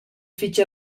fich